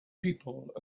people